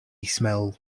smell